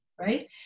Right